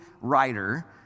writer